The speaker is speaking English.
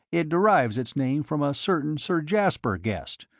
it derives its name from a certain sir jaspar guest,